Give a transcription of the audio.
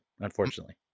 unfortunately